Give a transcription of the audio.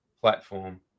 platform